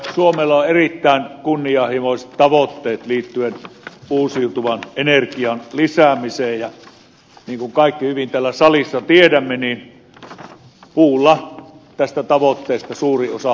suomella on erittäin kunnianhimoiset tavoitteet liittyen uusiutuvan energian lisäämiseen ja niin kuin kaikki täällä salissa hyvin tiedämme puulla tästä tavoitteesta suuri osa hoidetaan